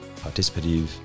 participative